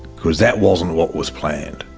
because that wasn't what was planned.